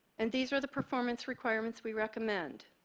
and these are the performance requirements we recommend.